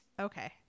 Okay